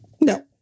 No